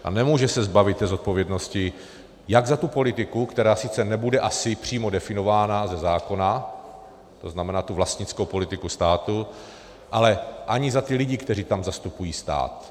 A nemůže se zbavit zodpovědnosti jak za tu politiku, která sice nebude asi přímo definována ze zákona, to znamená tu vlastnickou politiku státu, ale ani za ty lidi, kteří tam zastupují stát.